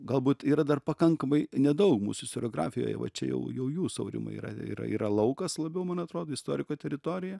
galbūt yra dar pakankamai nedaug mūsų istoriografijoje va čia jau jau jūsų aurimai yra yra yra laukas labiau man atrodo istoriko teritorija